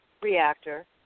reactor